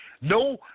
No